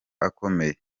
akomeye